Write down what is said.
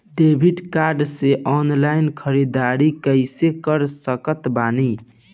Debit card से online ख़रीदारी कैसे कर सकत बानी?